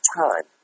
time